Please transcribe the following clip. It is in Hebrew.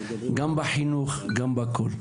בחינוך ובהכל.